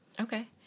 Okay